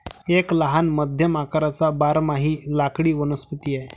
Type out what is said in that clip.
एक लहान मध्यम आकाराचा बारमाही लाकडी वनस्पती आहे